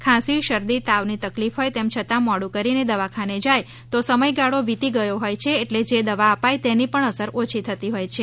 ખાંસી શરદી તાવની તકલીફ હોય તેમ છતાં મોડું કરીને દવાખાને જાય તો સમયગાળો વીતી ગયો હોય છે એટલે જે દવા આપીએ તેની અસર પણ ઓછી થતી હોય છે